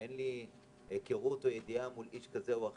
אין לי היכרות או ידיעה מול איש חלילה,